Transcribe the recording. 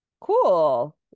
Cool